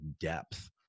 depth